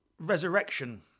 resurrection